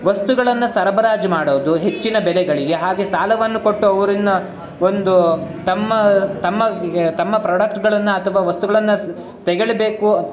ವಸ್ತುಗಳನ್ನು ಸರಬರಾಜು ಮಾಡೋದು ಹೆಚ್ಚಿನ ಬೆಲೆಗಳಿಗೆ ಹಾಗೇ ಸಾಲವನ್ನು ಕೊಟ್ಟು ಅವರನ್ನು ಒಂದು ತಮ್ಮ ತಮ್ಮ ತಮ್ಮ ಪ್ರೊಡಕ್ಟ್ಗಳನ್ನು ಅಥವಾ ವಸ್ತುಗಳನ್ನು ಸ್ ತಗೊಳ್ಬೇಕು